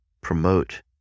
promote